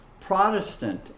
Protestant